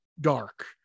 dark